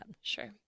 Sure